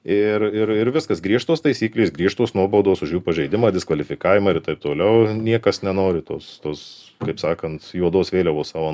ir ir ir viskas griežtos taisyklės griežtos nuobaudos už jų pažeidimą diskvalifikavimą ir taip toliau niekas nenori tos tos kaip sakant juodos vėliavos savo